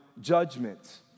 judgment